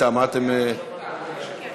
ביטול ניכוי הקצבה החודשית לפי הסכם עם גרמניה),